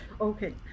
Okay